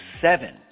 seven